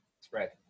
spread